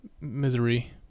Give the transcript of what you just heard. misery